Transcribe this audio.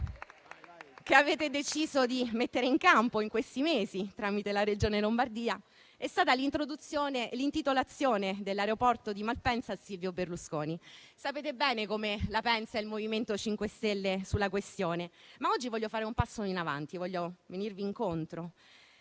che avete deciso di mettere in campo in questi mesi, tramite la Regione Lombardia, è stata l'intitolazione dell'aeroporto di Malpensa a Silvio Berlusconi. Sapete bene come la pensa il Movimento 5 Stelle sulla questione, ma oggi vorrei fare un passo in avanti e venirvi incontro.